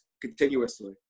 continuously